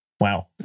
Wow